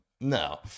no